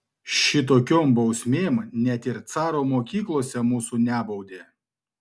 šitokiom bausmėm net ir caro mokyklose mūsų nebaudė